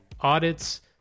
audits